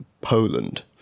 Poland